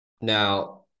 Now